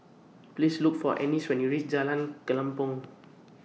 Please Look For Annis when YOU REACH Jalan Kelempong